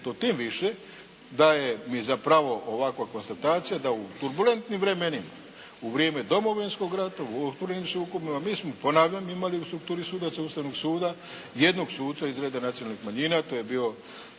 to tim više daje mi za pravo ovakva konstatacija da u turbulentnim vremenima, u vrijeme Domovinskog rata, u otvorenim sukobima, mi smo ponavljam imali u strukturi sudaca Ustavnog suda jednog suca iz reda nacionalnih manjina, to je bio